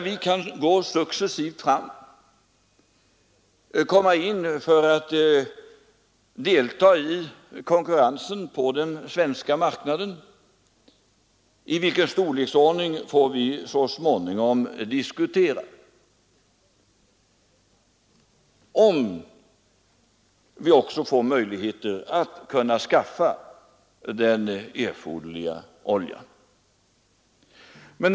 Vi kan gå successivt fram och efter hand komma in för att delta i konkurrensen på den svenska marknaden — i vilken storleksordning får vi så småningom diskutera — om vi också får möjligheter att skaffa den erforderliga oljan.